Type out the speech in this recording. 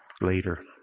later